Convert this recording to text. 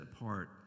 apart